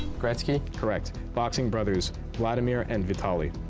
gretzky. correct. boxing brothers wladimir and vitali.